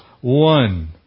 One